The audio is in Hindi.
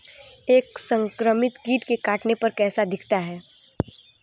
एक संक्रमित कीट के काटने पर कैसा दिखता है?